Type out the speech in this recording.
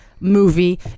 movie